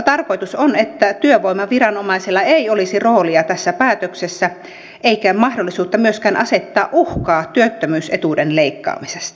tarkoitus on että työvoimaviranomaisella ei olisi roolia tässä päätöksessä eikä mahdollisuutta myöskään asettaa uhkaa työttömyysetuuden leikkaamisesta